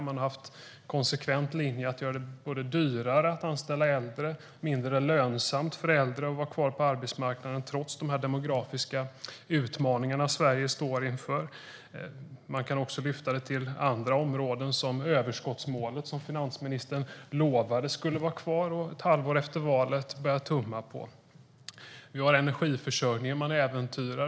Man har konsekvent haft linjen att göra det både dyrare att anställa äldre och mindre lönsamt för äldre att vara kvar på arbetsmarknaden trots de demografiska utmaningarna Sverige står inför. Vi kan lyfta fram andra områden såsom överskottsmålet, som finansministern lovade skulle vara kvar men ett halvår efter valet började tumma på. Vi har energiförsörjningen, som man äventyrar.